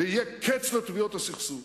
ויהיה קץ לתביעות הסכסוך.